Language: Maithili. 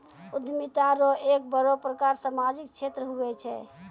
उद्यमिता रो एक बड़ो प्रकार सामाजिक क्षेत्र हुये छै